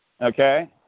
okay